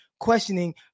questioning